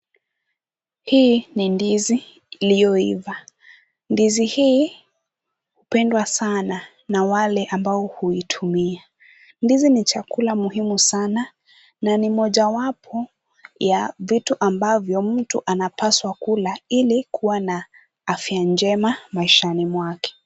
Hii ni ndizi iliyoiva, ndizi hii hupendwa sana na wale ambao huitumia. Ndizi ni chakula muhimu sana na ni mojawapo ya vitu ambavyo mtu anapaswa kula ili kuwa na afya njema maishani mwake.